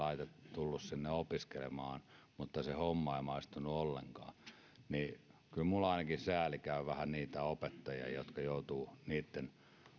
tulleet sinne opiskelemaan mutta se homma ei maistunut ollenkaan kyllä minulla ainakin vähän käy sääliksi niitä opettajia jotka joutuvat niitten